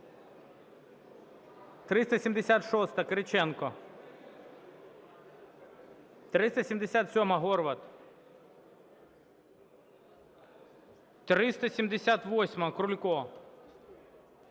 376-а, Кириченко. 377-а, Горват. 378-а, Крулько.